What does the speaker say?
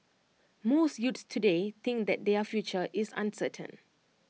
most youths today think that their future is uncertain